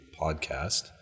Podcast